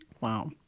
Wow